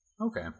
Okay